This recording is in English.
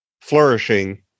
flourishing